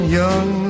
young